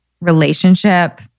relationship